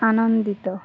ଆନନ୍ଦିତ